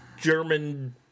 German